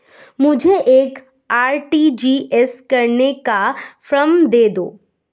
मुझे एक आर.टी.जी.एस करने का फारम दे दो?